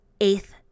eighth